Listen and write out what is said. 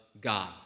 God